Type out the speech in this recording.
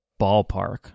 Ballpark